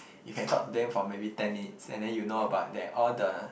you can talk to them for maybe ten minutes and then you know about that all the